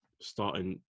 starting